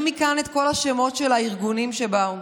מכאן את כל השמות של הארגונים שבאו,